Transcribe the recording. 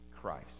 Christ